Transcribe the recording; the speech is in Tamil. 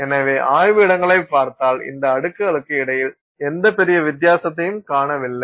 எனவே ஆய்வு இடங்களைப் பார்த்தால் இந்த அடுக்குகளுக்கு இடையில் எந்த பெரிய வித்தியாசத்தையும் காணவில்லை